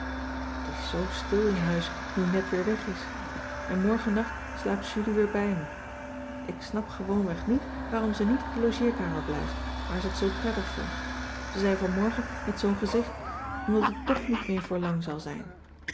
t is zoo stil in huis nu net weer weg is en morgennacht slaapt julie weer bij me ik snap gewoonweg niet waarom ze niet op de logeerkamer blijft waar ze het zoo prettig vond ze zei vanmorgen met zoo'n gezicht omdat het toch niet meer voor lang zal zijn